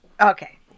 Okay